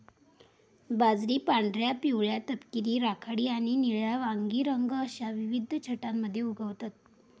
बाजरी पांढऱ्या, पिवळ्या, तपकिरी, राखाडी आणि निळ्या वांगी रंग अश्या विविध छटांमध्ये उगवतत